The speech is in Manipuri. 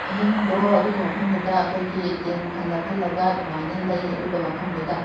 ꯑꯍꯤꯡꯗꯣ ꯑꯗꯨꯒꯤ ꯃꯐꯝꯗꯨꯗ ꯑꯈꯣꯏꯒꯤ ꯇꯦꯟ ꯈꯜꯂ ꯈꯜꯂꯒ ꯑꯗꯨꯃꯥꯏꯅ ꯂꯩ ꯑꯗꯨꯒ ꯃꯐꯝꯗꯨꯗ